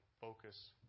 focus